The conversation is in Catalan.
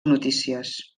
notícies